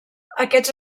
aquests